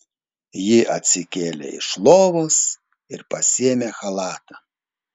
ji atsikėlė iš lovos ir pasiėmė chalatą